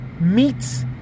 meats